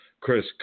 Chris